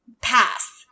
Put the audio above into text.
pass